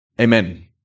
Amen